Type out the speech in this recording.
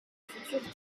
futur